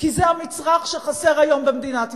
כי זה המצרך שחסר היום במדינת ישראל.